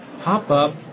pop-up